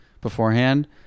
beforehand